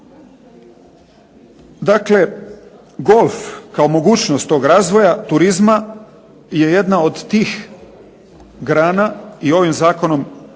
Dakle, golf kao mogućnost tog razvoja turizma je jedna od tih grana i ovim zakonom